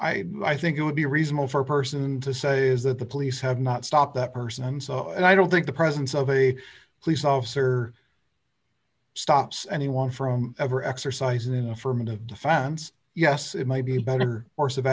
i i think it would be reasonable for a person to say is that the police have not stopped that person so i don't think the presence of a police officer stops anyone from ever exercising an affirmative defense yes it might be a better course of